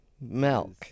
milk